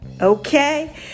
okay